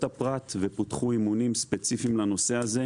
הפרט ופותחו אימונים ספציפיים לנושא הזה,